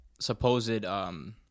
supposed